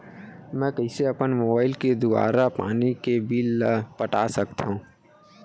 मैं कइसे अपन मोबाइल के दुवारा पानी के बिल ल पटा सकथव?